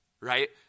right